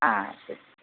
ആ ശരി